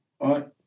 right